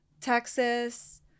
texas